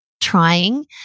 trying